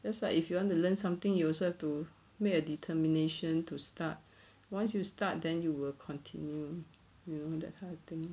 just like if you want to learn something you also have to make a determination to start once you start then you will continue you know that kind of thing